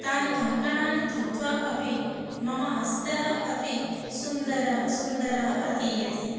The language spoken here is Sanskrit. तानि कङ्कणानि धृत्वा अपि मम हस्तः अपि सुन्दरः सुन्दरः प्रतीयते